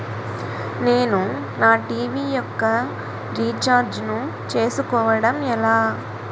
నేను నా టీ.వీ యెక్క రీఛార్జ్ ను చేసుకోవడం ఎలా?